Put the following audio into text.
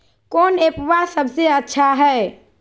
कौन एप्पबा सबसे अच्छा हय?